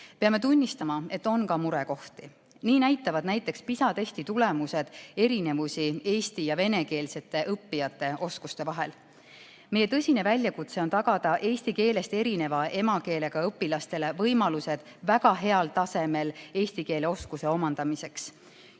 Peame tunnistama, et on ka murekohti. Nii näitavad näiteks PISA testi tulemused erinevusi eesti‑ ja venekeelsete õppijate oskuste vahel. Meie tõsine väljakutse on tagada eesti keelest erineva emakeelega õpilastele võimalused väga heal tasemel eesti keele oskuse omandamiseks.